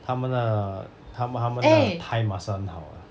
他们的他们他们的 thigh muscle 很好